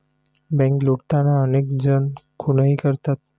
bank लुटताना अनेक जण खूनही करतात